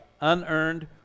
unearned